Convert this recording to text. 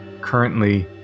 currently